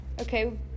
Okay